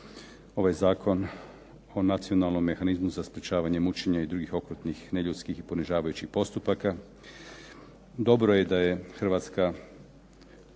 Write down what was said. ovaj Zakon o nacionalnom mehanizmu za sprečavanje mučenja i drugih okrutnih, neljudskih ili ponižavajućih postupaka ili kažnjavanja. Dobro je da je HRvatska